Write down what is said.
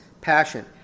passion